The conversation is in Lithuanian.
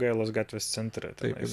jogailos gatvės centre